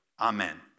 Amen